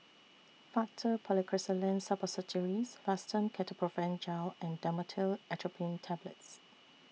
Faktu Policresulen Suppositories Fastum Ketoprofen Gel and Dhamotil Atropine Tablets